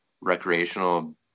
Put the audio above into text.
recreational